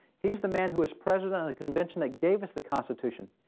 he's the man who was president of the convention that gave us the constitution.